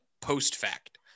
post-fact